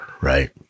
right